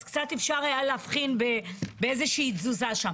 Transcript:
אז קצת אפשר היה להבחין באיזושהי תזוזה שם.